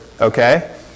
Okay